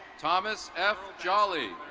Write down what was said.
tomas f. joulee.